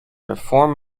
reform